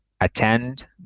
attend